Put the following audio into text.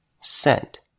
sent